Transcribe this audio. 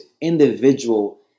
individual